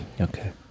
Okay